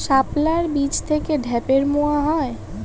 শাপলার বীজ থেকে ঢ্যাপের মোয়া হয়?